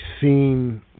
seen